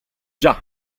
già